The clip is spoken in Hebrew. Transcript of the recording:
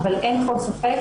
אבל אין פה ספק,